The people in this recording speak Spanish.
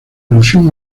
ilusión